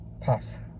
Pass